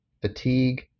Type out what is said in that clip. fatigue